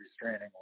restraining